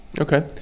Okay